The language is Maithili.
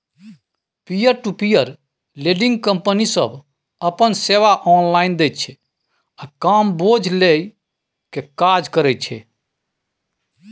peer to peer lending company सब अपन सेवा ऑनलाइन दैत छै आ कम बोझ लेइ के काज करे करैत छै